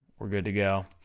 we're good to go.